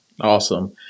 Awesome